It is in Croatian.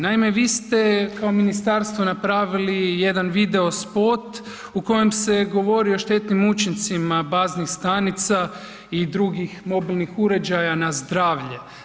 Naime, vi ste kao ministarstvo napravili jedan video spot u kojem se govori o štetnim učincima baznih stanica i drugih mobilnih uređaja na zdravlje.